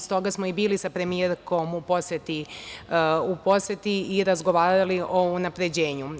S toga smo i bili sa premijerkom u poseti i razgovarali o unapređenju.